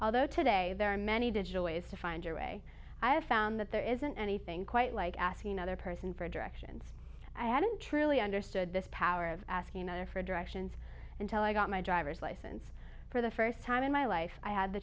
although today there are many digital ways to find your way i have found that there isn't anything quite like asking another person for directions i hadn't truly understood this power of asking other for directions until i got my driver's license for the first time in my life i had the